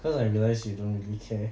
because I realise you don't really care